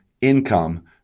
income